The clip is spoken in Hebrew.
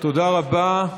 תודה רבה.